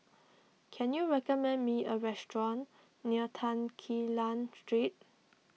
can you recommend me a restaurant near Tan Quee Lan Street